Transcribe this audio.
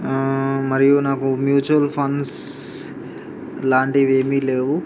మరియు నాకు mutual funds లాంటివి ఏమి లేవు